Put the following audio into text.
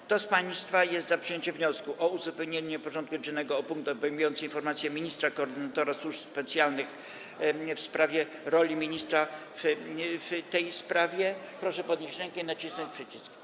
Kto z państwa jest za przyjęciem wniosku o uzupełnienie porządku dziennego o punkt obejmujący informację ministra - koordynatora służb specjalnych w sprawie roli ministra w tej sprawie, proszę podnieść rękę i nacisnąć przycisk.